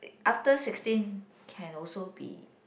after sixteen can also be